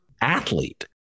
athlete